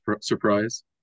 surprise